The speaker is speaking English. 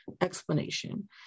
Explanation